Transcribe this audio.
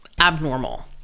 abnormal